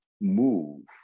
move